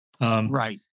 Right